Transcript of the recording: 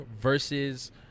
versus